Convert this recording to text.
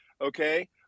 Okay